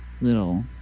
little